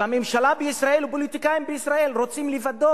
בממשלה בישראל ופוליטיקאים בישראל רצו לוודא